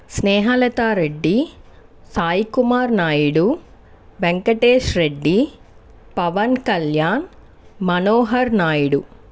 Snehalatha Reddy Sai Kumar Naidu Venkatesh Reddy Pawan Kalyan Manohar Naidu